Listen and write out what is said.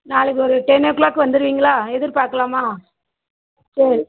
நாளைக்கு ஒரு ten o'clock வந்துருவீங்களா எதிர்பாக்கலாமா சரி